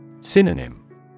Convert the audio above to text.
Synonym